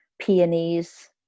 peonies